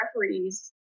referees